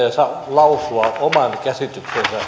lausua oman käsityksensä